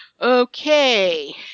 Okay